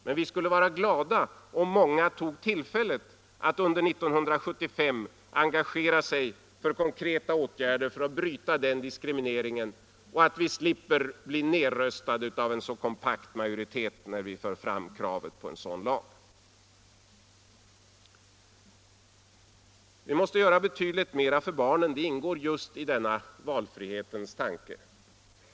Men vi skulle vara glada om många tog tillfället i akt att under 1975 engagera sig för konkreta åtgärder för att bryta den diskrimineringen, så att vi slipper bli nedröstade av en så kompakt majoritet när vi för fram kravet på en sådan lag. Vi måste göra betydligt mer för barnen — det ingår just i denna valfrihetens tanke.